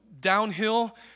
downhill